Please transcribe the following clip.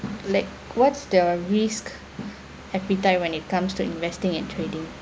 like what's the risk appetite when it comes to investing and trading